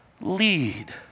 lead